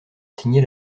signé